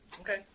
Okay